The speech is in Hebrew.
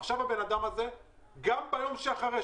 עכשיו האדם הזה גם ביום שאחרי,